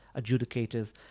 adjudicators